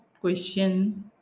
question